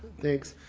thanks.